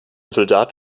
soldat